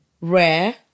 rare